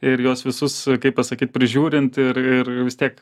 ir juos visus kaip pasakyt prižiūrint ir ir vis tiek